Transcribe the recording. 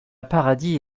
paradis